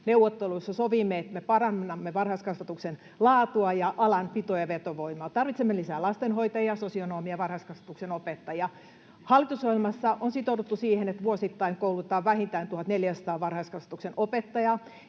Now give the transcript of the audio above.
Hallitusneuvotteluissa sovimme, että me parannamme varhaiskasvatuksen laatua ja alan pito- ja vetovoimaa. Tarvitsemme lisää lastenhoitajia, sosionomeja, varhaiskasvatuksen opettajia. Hallitusohjelmassa on sitouduttu siihen, että vuosittain koulutetaan vähintään 1 400 varhaiskasvatuksen opettajaa.